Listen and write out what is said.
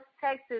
Texas